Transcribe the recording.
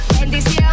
Bendición